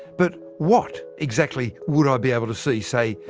but, what exactly would i be able to see, say,